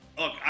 Look